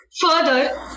further